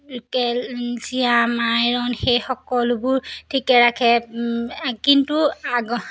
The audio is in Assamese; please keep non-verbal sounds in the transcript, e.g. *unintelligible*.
*unintelligible* আইৰণ সেই সকলোবোৰ ঠিকে ৰাখে কিন্তু আগ